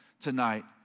tonight